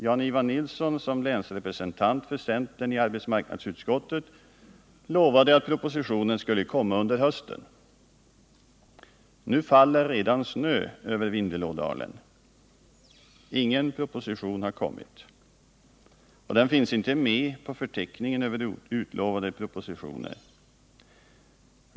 Jan-Ivan Nilsson, som länsrepresentant för centern i arbetsmarknadsutskottet, lovade att propositionen skulle komma under hösten. Nu faller redan snö över Vindelådalen. Ingen proposition har kommit. Den finns inte med på förteckningen över utlovade propositioner.